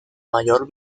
mayor